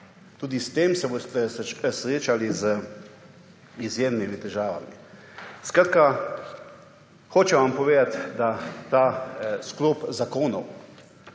Tudi s tem se boste srečali z izjemnimi težavami. Skratka hočem vam povedati, da ta sklop zakonov